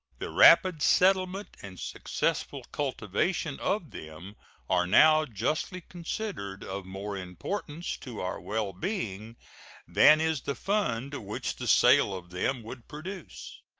the rapid settlement and successful cultivation of them are now justly considered of more importance to our well-being than is the fund which the sale of them would produce.